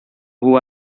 who